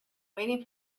waiting